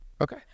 Okay